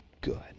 good